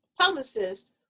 publicist